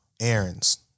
errands